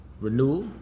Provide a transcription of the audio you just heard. Renewal